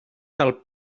del